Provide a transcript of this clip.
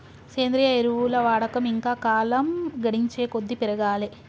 సేంద్రియ ఎరువుల వాడకం ఇంకా కాలం గడిచేకొద్దీ పెరగాలే